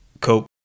cope